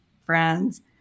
friends